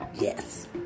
Yes